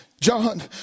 John